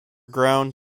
ground